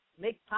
make